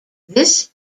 this